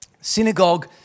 Synagogue